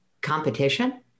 competition